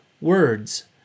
words